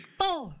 four